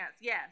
Yes